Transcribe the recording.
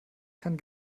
kann